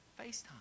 FaceTime